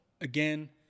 again